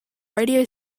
radio